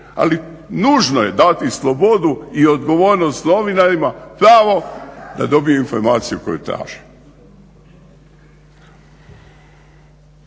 ali nužno je dati slobodu i odgovornost novinarima, pravo da dobiju informaciju koju traže.